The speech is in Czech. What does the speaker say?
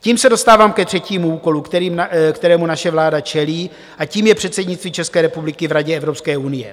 Tím se dostávám ke třetímu úkolu, kterému naše vláda čelí, a tím je předsednictví České republiky v Radě Evropské unie.